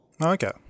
okay